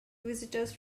visitors